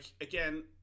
again